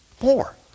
More